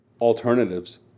alternatives